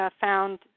found